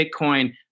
Bitcoin